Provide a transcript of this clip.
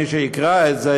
שמי שיקרא את זה,